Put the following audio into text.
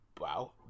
wow